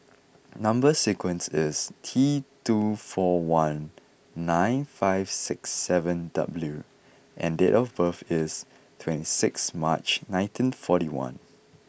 number sequence is T two four one nine five six seven W and date of birth is twenty six March nineteen forty one